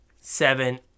seven